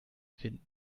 finden